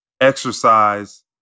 exercise